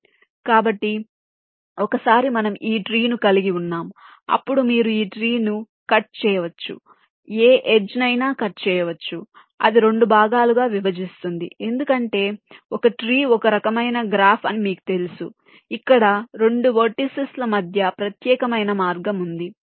కాబట్టి ఒకసారి మనము ఈ ట్రీ ను కలిగి ఉన్నాము అప్పుడు మీరు ఈ ట్రీ ను కట్ చేయచ్చు ఏ ఎడ్జ్ నైనా కట్ చేయవచ్చు అది 2 భాగాలుగా విభజిస్తుంది ఎందుకంటే ఒక ట్రీ ఒక రకమైన గ్రాఫ్ అని మీకు తెలుసు ఇక్కడ 2 వెర్టిసిస్ మధ్య ప్రత్యేకమైన మార్గం ఉంది